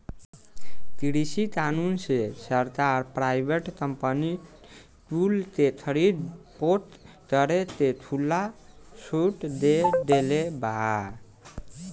कृषि कानून से सरकार प्राइवेट कंपनी कुल के खरीद फोक्त करे के खुला छुट दे देले बा